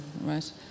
right